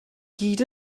gyd